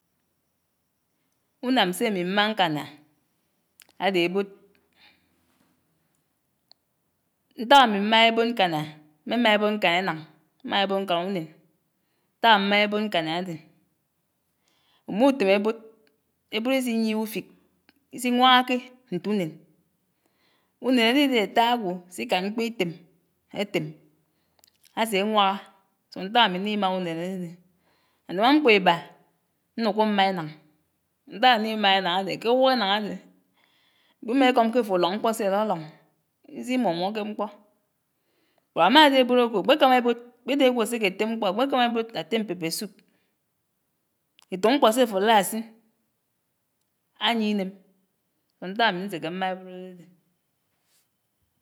Unam sé ámi mmá ñkana adé ebod, ñtaák ami mmañá ebod ñkana, mme mmá ebod ñkan enañ, mmá ebod ñkan unèn, ñták amañá ebod ñkaná adé, umutém ebod, ebod is'íyieñe ufik, ísi ñwañaké nt'unen. Unen aridegé ataa agwo s'íkan mkpó itèm átém asé ñwaña, so ñtak ami ñní mágá unen ádedé. Anamañmpkó íba, ñnukò mmá enañ, ñtak anníí mágá enañ adé ke awòk enañ adé mkpim'ekom ke afo aróñ mpkó se aróróñ, is'ímómóké mkpó, bot amadé ebod akò akpekámá ebod, akpedé agwo aseké atém mkpó, akpé kámá ebod atem pepesoup, etok mkpó sefo álád asin ányiè ínem, ñtak ami ñnseke mmá ebod áadedé.